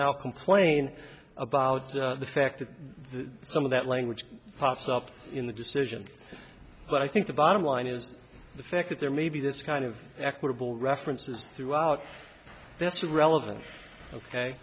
now complain about the fact that the some of that language pops up in the decision but i think the bottom line is the fact that there may be this kind of equitable references throughout that's relevant ok